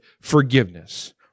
forgiveness